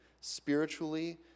spiritually